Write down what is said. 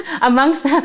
amongst